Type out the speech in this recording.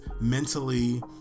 mentally